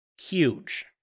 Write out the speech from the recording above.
Huge